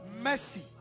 Mercy